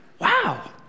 wow